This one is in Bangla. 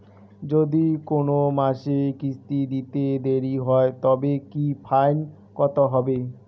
যদি কোন মাসে কিস্তি দিতে দেরি হয় তবে কি ফাইন কতহবে?